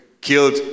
killed